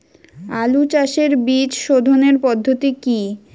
আলু চাষের বীজ সোধনের পদ্ধতি কি?